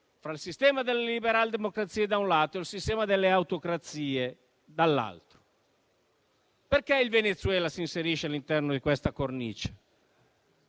fra il sistema delle liberal-democrazie, da un lato, e il sistema delle autocrazie, dall'altro. Perché il Venezuela si inserisce all'interno di questa cornice?